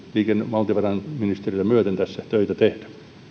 valtiovarainministeriötä myöten tässä töitä töitä